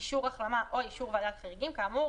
אישור החלמה או אישור ועדת חריגים כאמור